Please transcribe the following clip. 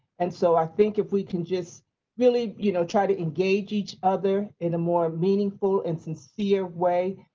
and so i think if we can just really you know try to engage each other in a more meaningful and sincere way.